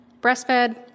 breastfed